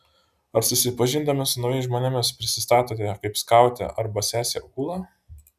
ar susipažindami su naujais žmonėmis prisistatote kaip skautė arba sesė ūla